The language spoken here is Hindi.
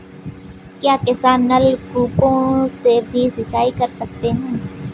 क्या किसान नल कूपों से भी सिंचाई कर सकते हैं?